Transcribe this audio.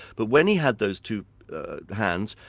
but when he had those two hands,